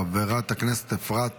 חברת הכנסת אפרת